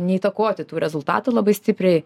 neįtakoti tų rezultatų labai stipriai